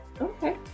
Okay